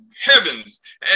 heavens